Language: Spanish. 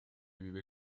vive